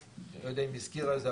אני לא יודע אם היא הזכירה את זה,